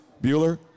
Bueller